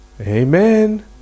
Amen